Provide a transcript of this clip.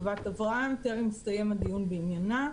חוות אברהם, טרם הסתיים הדיון בעניינה.